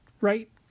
right